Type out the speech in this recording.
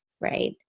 right